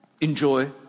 Enjoy